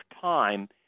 time